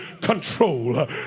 control